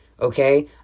Okay